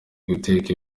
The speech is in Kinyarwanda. guteka